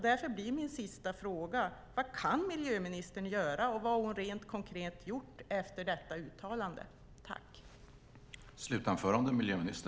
Därför blir min sista fråga: Vad kan miljöministern göra, och vad har hon rent konkret gjort efter detta uttalande?